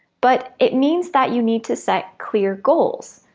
but, it means that you need to set clear goals,